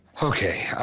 ok.